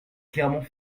clermont